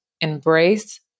Embrace